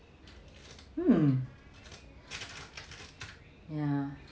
um ya